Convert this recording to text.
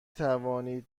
توانید